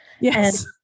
Yes